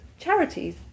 charities